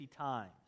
times